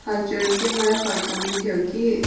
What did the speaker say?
हजुर त्यो मलाई फर्काउनु थियो कि